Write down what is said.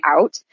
out